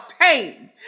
pain